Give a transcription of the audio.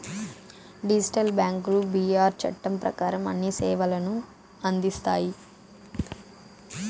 digital బ్యాంకులు BR చట్టం ప్రకారం అన్ని సేవలను అందిస్తాయి